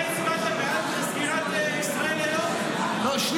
הייתה תקופה שהיית בעד סגירת ישראל היום --- בוא